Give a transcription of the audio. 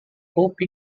pope